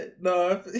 No